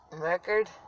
record